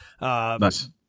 Nice